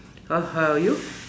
ha~ how about you